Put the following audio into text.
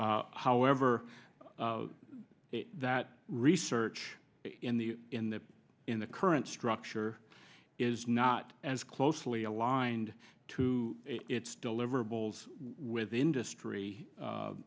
however that research in the in the in the current structure is not as closely aligned to its deliverables with industry